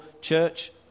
church